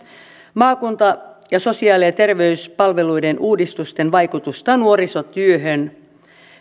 maakunta ja sosiaali ja terveyspalveluiden uudistusten vaikutusta nuorisotyöhön